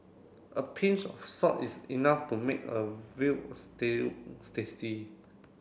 a pinch of salt is enough to make a veal stew tasty